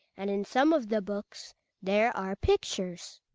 and in some of the books there are pictures.